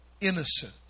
innocent